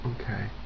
Okay